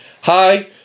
hi